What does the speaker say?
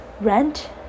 rent